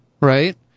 right